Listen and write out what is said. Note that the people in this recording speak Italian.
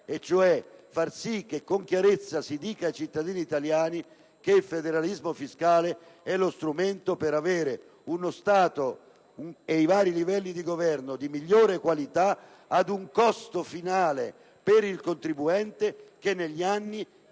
che si dica con chiarezza ai cittadini italiani che il federalismo fiscale è lo strumento che consente di avere uno Stato e i vari livelli di governo di migliore qualità e ad un costo finale per il contribuente che negli anni